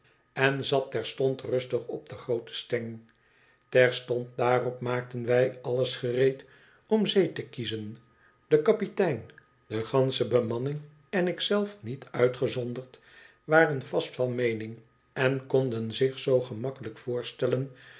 en zat terstond rustig op de groote steng terstond daarop maakten wij alles gereed om zee te kiezen de kapitein de gansche bemanning en ik zelf niet uitgezonderd waren vast van meening en konden zich zoo gemakkelijk voorstellen